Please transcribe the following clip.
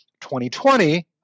2020